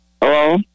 Hello